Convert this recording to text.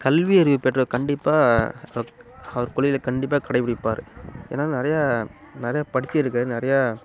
கல்வியறிவு பெற்றவர் கண்டிப்பாக அக் அவர் கொள்கைகளை கண்டிப்பாக கடைப்பிடிப்பார் ஏன்னா நிறையா நிறையா படிச்சிருக்கார் நிறையா